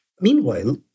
Meanwhile